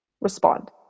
Respond